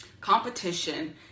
Competition